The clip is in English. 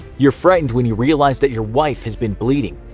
you're frightened when you realize that your wife has been bleeding,